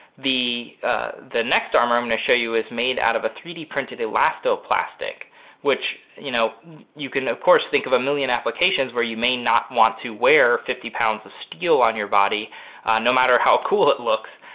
the the next armor i'm going to show you is made out of a three d printed elasto-plastic which you know you can of course think of a million applications where you may not want to wear fifty pounds of steel on your body no matter how cool it looks.